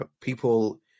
people